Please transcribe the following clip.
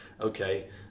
Okay